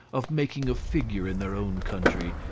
of making a figure in their own country,